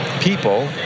people